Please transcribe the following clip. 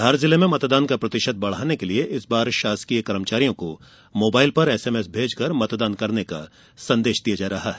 धार जिले में मतदान का प्रतिशत बढ़ाने के लिये इस बार शासकीय कर्मचारियों को मोबाइल पर एस एम एस भेजकर मतदान करने का संदेश दिया जा रहा है